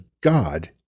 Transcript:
god